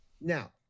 Now